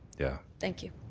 yeah. thank you.